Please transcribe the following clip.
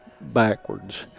backwards